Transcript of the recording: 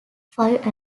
five